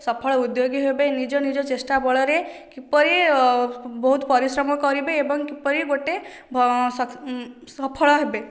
ସଫଳ ଉଦ୍ୟୋଗୀ ହେବେ ନିଜ ନିଜ ଚେଷ୍ଟା ବଳରେ କିପରି ବହୁତ ପରିଶ୍ରମ କରିବେ ଏବଂ କିପରି ଗୋଟିଏ ସଫଳ ହେବେ